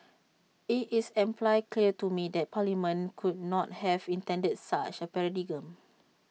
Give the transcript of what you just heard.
IT is amply clear to me that parliament could not have intended such A paradigm